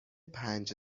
پنج